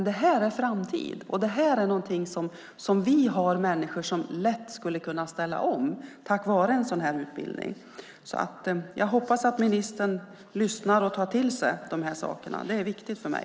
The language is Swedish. Detta är framtid och där vi har människor som lätt skulle kunna ställa om tack vare en sådan utbildning. Jag hoppas att ministern lyssnar och tar till sig de sakerna. Det är viktigt för mig.